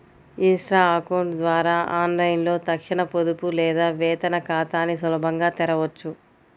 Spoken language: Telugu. ఇన్స్టా అకౌంట్ ద్వారా ఆన్లైన్లో తక్షణ పొదుపు లేదా వేతన ఖాతాని సులభంగా తెరవొచ్చు